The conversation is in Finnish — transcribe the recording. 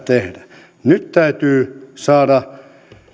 tehdä nyt täytyy saada